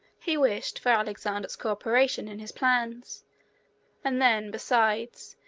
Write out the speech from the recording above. he wished for alexander's co-operation in his plans and then, besides,